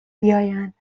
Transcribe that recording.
بیایند